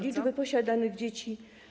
liczby posiadanych dzieci.